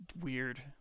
Weird